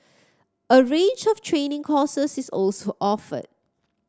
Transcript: a range of training courses is also offered